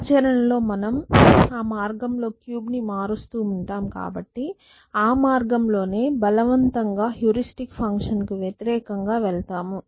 ఆచరణలో మనం ఆ మార్గంలో క్యూబ్ను మారుస్తూ ఉంటాం కాబట్టి ఆ మార్గం లో నే బలవంతం గా హ్యూరిస్టిక్ ఫంక్షన్కు వ్యతిరేకంగా వెళతాము